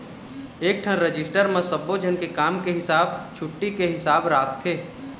एकठन रजिस्टर म सब्बो झन के काम के हिसाब, छुट्टी के हिसाब राखथे